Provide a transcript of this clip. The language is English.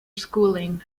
schooling